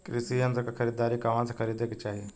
कृषि यंत्र क खरीदारी कहवा से खरीदे के चाही?